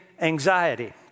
anxiety